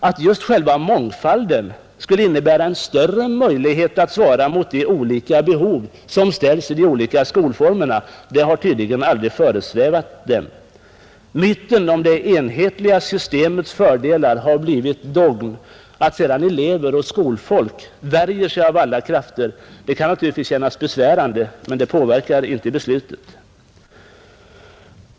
Att just själva mångfalden skulle innebära en större möjlighet att svara mot de olika behov som ställs i de olika skolformerna har tydligen aldrig föresvävat dem. Myten om det enhetliga systemets fördelar har blivit dogm. Att sedan elever och skolfolk värjer sig av alla krafter kan naturligtvis kännas besvärande, men det påverkar inte beslutet.